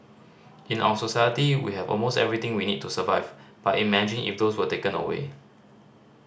in our society we have almost everything we need to survive but imagine if those were taken away